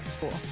Cool